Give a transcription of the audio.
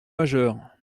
majeur